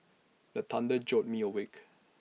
the thunder jolt me awake